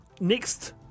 next